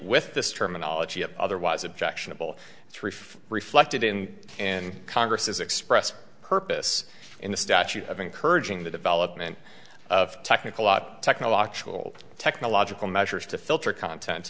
with this terminology of otherwise objectionable three reflected in in congress as expressed purpose in the statute of encouraging the development of technical lot technological technological measures to filter content